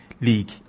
league